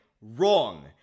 Wrong